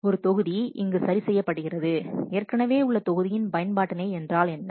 ஒரு தொகுதி இங்கு சரி செய்யப்படுகிறது ஏற்கனவே உள்ள தொகுதியின் பயன்பாட்டினை என்றால் என்ன